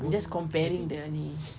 I'm just comparing the ni